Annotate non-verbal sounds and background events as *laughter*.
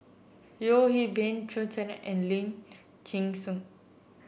Yeo Hwee Bin Chen Sucheng and Lee *unintelligible*